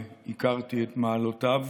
והכרתי את מעלותיו.